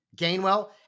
Gainwell